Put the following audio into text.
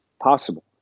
possible